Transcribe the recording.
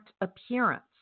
appearance